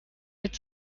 mit